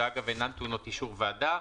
שאינן טעונות אישור ועדה,